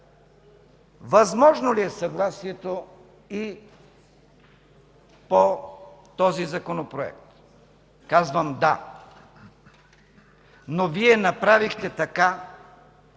Възможно ли е съгласие по този Законопроект? Казвам – да! Но Вие направихте така,